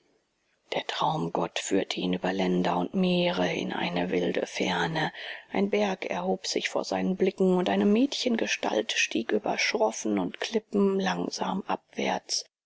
der traumgott führte ihn über länder und meere in eine wilde ferne ein berg erhob sich vor seinen blicken und eine mädchengestalt stieg über schroffen und klippen langsam abwärts